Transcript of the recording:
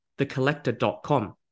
thecollector.com